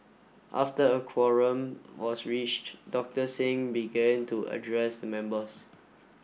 after a quorum was reached Doctor Singh began to address the members